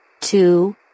Two